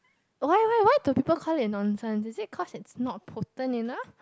why why why do people called it nonsense is it cause it's not potent enough